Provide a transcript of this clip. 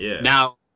Now